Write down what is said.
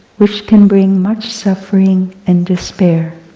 which can bring much suffering and despair.